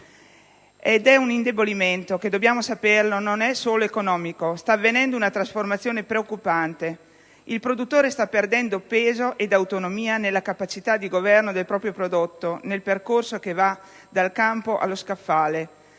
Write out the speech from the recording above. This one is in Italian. Ed è un indebolimento che, dobbiamo saperlo, non è solo economico. Sta avvenendo una trasformazione preoccupante: il produttore sta perdendo peso e autonomia nella capacità di governo del proprio prodotto nel percorso che va dal campo allo scaffale.